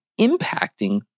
impacting